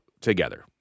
together